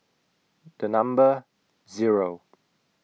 The Number Zero